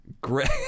Great